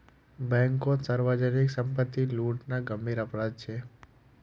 बैंककोत सार्वजनीक संपत्ति लूटना गंभीर अपराध छे